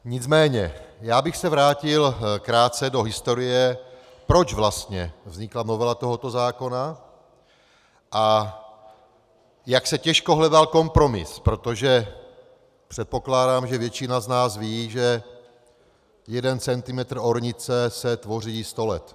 Nicméně já bych se vrátil krátce do historie, proč vlastně vznikla novela tohoto zákona a jak se těžko hledal kompromis, protože předpokládám, že většina z nás ví, že jeden centimetr ornice se tvoří sto let.